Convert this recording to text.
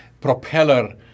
propeller